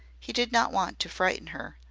he did not want to frighten her,